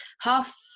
half